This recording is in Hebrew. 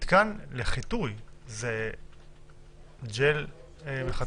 מתקן לחיטוי, ג'ל מחטא?